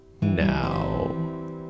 now